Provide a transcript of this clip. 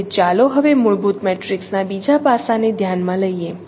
તેથી ચાલો હવે મૂળભૂત મેટ્રિક્સના બીજા પાસાને ધ્યાનમાં લઈએ